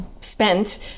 spent